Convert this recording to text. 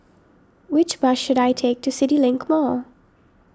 which bus should I take to CityLink Mall